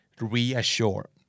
reassure